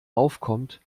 aufkommt